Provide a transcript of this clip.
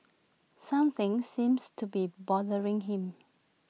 something seems to be bothering him